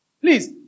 Please